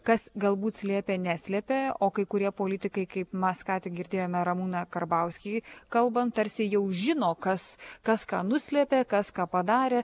kas galbūt slėpė neslėpė o kai kurie politikai kaip mes ką tik girdėjome ramūną karbauskį kalbant tarsi jau žino kas kas ką nuslėpė kas ką padarė